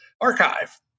Archive